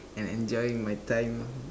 and enjoying my time